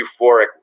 euphoric